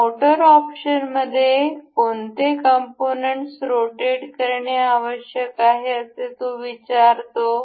या मोटार ऑप्शनमध्ये कोणते कंपोनेंट्स रोटेट करणे आवश्यक आहे असे तो विचारतो